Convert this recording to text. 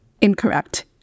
incorrect